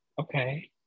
okay